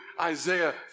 Isaiah